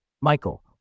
Michael